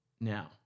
Now